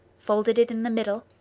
folded it in the middle,